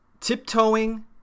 Tiptoeing